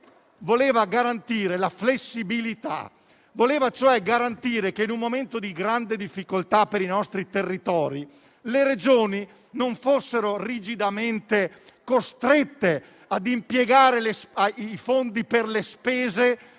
voleva garantire la flessibilità e che, in un momento di grande difficoltà per i nostri territori, le Regioni non fossero rigidamente costrette a impiegare i fondi per spese